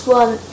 one